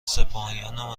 سپاهیانم